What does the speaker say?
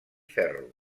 ferro